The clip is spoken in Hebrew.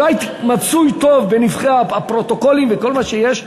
אם לא הייתי מצוי טוב בנבכי הפרוטוקולים וכל מה שיש,